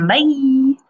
Bye